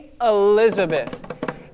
Elizabeth